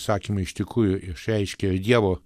įsakymai iš tikrųjų išreiškia ir dievo